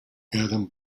adam